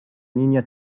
niña